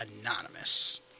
Anonymous